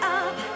up